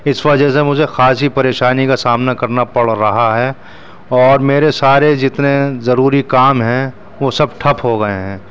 اس وجہ سے مجھے خاصی پریشانی کا سامنا کرنا پڑ رہا ہے اور میرے سارے جتنے ضروری کام ہیں وہ سب ٹھپ ہو گئے ہیں